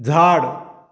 झाड